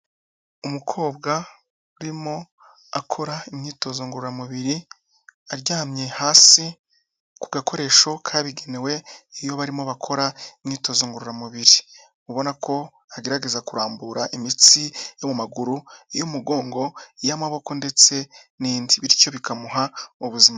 Umukobwa urimo akora imyitozo ngororamubiri aryamye hasi ku gakoresho kabigenewe iyo barimo bakora imyitozo ngororamubiri. Ubona ko agerageza kurambura imitsi yo mu maguru, iyo mu mugongo, iy'amaboko ndetse n'indi. Bityo bikamuha ubuzima.